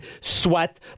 sweat